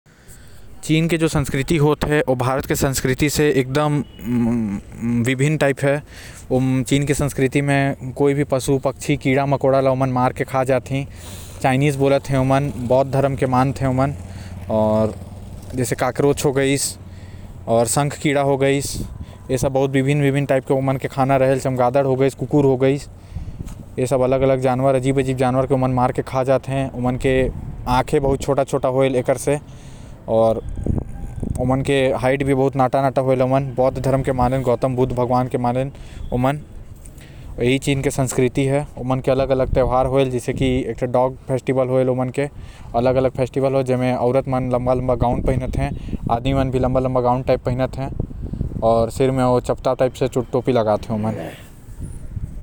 चीन के आऊ भारत के संस्कृति म बहुत अंतर हाथे जैसे चीन म रिवाज है। के कोनो जानवर मन ला ओमन मार के खा जाते आऊ भारत के संस्कृति हे की पशु पक्षी ल भी पूजते। साथ ही यहां के है की दाल चावल म पेट भरते आऊ चीन म चाउमिन नूडल्स से पेट भरल।